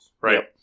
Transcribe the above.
right